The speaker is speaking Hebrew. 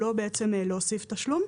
לא להוסיף תשלום,